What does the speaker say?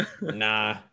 Nah